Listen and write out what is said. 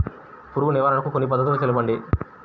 పురుగు నివారణకు కొన్ని పద్ధతులు తెలుపండి?